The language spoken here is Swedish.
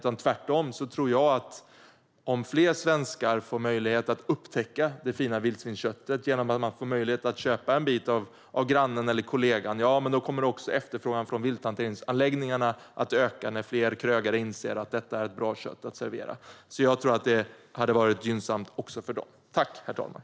Jag tror tvärtom att om fler svenskar får möjlighet att upptäcka det fina vildsvinsköttet, genom att man kan köpa en bit av grannen eller kollegan, kommer också efterfrågan från vilthanteringsanläggningarna att öka när fler krögare inser att detta är ett bra kött att servera. Jag tror alltså att det hade varit gynnsamt också för vilthanteringsanläggningarna.